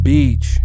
Beach